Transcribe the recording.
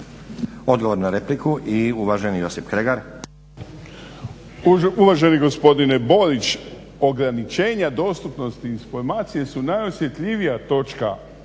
Odgovor na repliku i uvaženi Josip Kregar. **Kregar, Josip (Nezavisni)** Uvaženi gospodine Burić, ograničena dostupnosti informacija su najosjetljivija